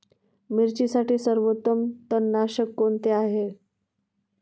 मिरचीसाठी सर्वोत्तम तणनाशक कोणते आहे?